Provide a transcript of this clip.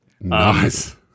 Nice